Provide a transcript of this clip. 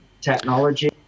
technology